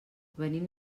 venim